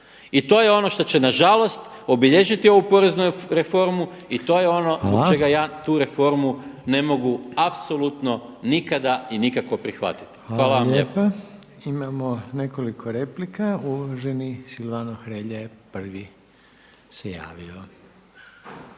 I to je ono što će nažalost obilježiti ovu poreznu reformu i to je ono zbog čega ja tu reformu ne mogu apsolutno nikada i nikako prihvatiti. Hvala vam lijepa. **Reiner, Željko (HDZ)** Hvala vam lijepa.